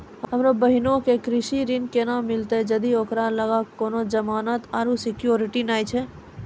हमरो बहिनो के कृषि ऋण केना मिलतै जदि ओकरा लगां कोनो जमानत आरु सिक्योरिटी नै छै?